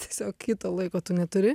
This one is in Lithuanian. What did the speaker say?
tiesiog kito laiko tu neturi